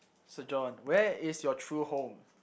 so John where is your true home